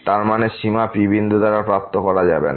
তার মানে সীমা Pবিন্দু দ্বারা প্রাপ্ত করা যাবে না